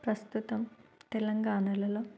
ప్రస్తుతం తెలంగాణలలో